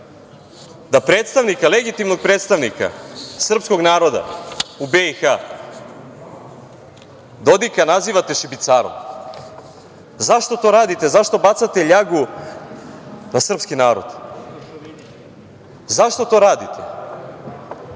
da predstavnika, legitimnog predstavnika srpskog naroda u BiH, Dodika, nazivate šibicarom? Zašto to radite, zašto bacate ljagu na srpski narod? Zašto to radite?